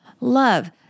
love